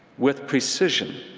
with precision,